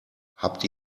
habt